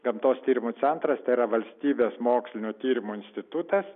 gamtos tyrimų centras tai yra valstybės mokslinių tyrimų institutas